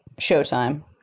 Showtime